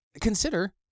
consider